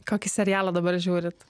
kokį serialą dabar žiūrit